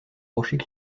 rochers